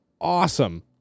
awesome